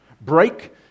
break